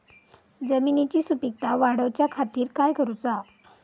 जमिनीची सुपीकता वाढवच्या खातीर काय करूचा?